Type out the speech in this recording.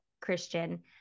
Christian